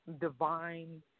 divine